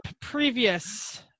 previous